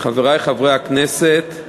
חברי חברי הכנסת,